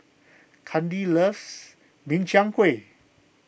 Kandi loves Min Chiang Kueh